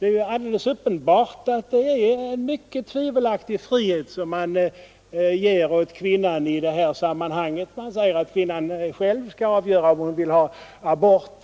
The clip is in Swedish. Det är alldeles uppenbart att det är en mycket tvivelaktig frihet man ger åt kvinnan när man säger att kvinnan själv skall avgöra om hon vill ha abort.